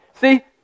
See